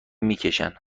میکشن